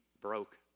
broke